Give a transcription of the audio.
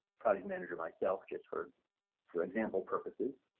project manager myself just for for example purposes.